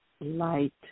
light